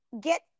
get